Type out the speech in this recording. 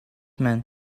man